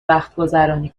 وقتگذرانی